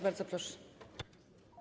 Bardzo proszę.